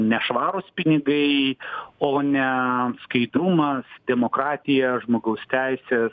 nešvarūs pinigai o ne skaidrumas demokratija žmogaus teisės